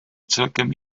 celkem